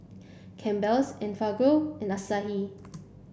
Campbell's Enfagrow and Asahi